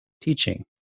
teaching